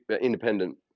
Independent